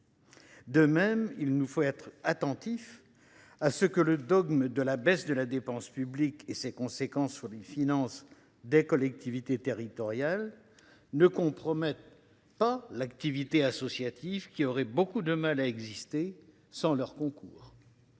De même, il nous faut être attentifs à ce que le dogme de la baisse de la dépense publique et ses conséquences sur les finances des collectivités territoriales ne compromettent pas l’activité associative, qui aurait beaucoup de mal à exister sans leur concours.